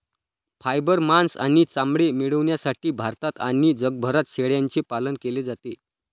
fibre, मांस आणि चामडे मिळविण्यासाठी भारतात आणि जगभरात शेळ्यांचे पालन केले जाते